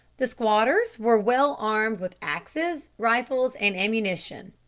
the squatters were well armed with axes, rifles, and ammunition.